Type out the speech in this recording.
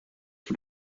for